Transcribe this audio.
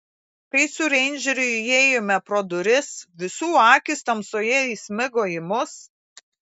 kai su reindžeriu įėjome pro duris visų akys tamsoje įsmigo į mus